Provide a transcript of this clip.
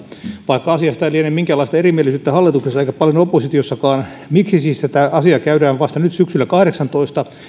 vaikka asiasta ei liene minkäänlaista erimielisyyttä hallituksessa eikä paljon oppositiossakaan miksi siis tätä asiaa käydään läpi vasta nyt syksyllä kahdeksantoista